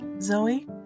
Zoe